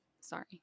Sorry